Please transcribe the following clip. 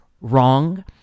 wrong